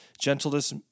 gentleness